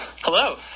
Hello